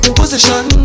position